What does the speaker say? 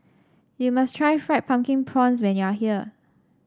you must try Fried Pumpkin Prawns when you are here